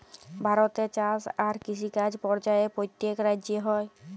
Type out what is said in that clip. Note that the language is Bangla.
ভারতে চাষ আর কিষিকাজ পর্যায়ে প্যত্তেক রাজ্যে হ্যয়